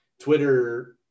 Twitter